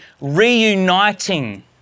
reuniting